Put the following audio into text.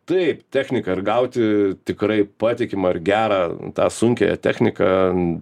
taip techniką ir gauti tikrai patikimą ir gerą tą sunkiąją techniką